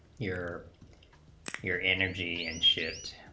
your your energy and shipped